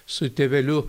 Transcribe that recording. su tėveliu